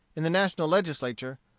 in the national legislature,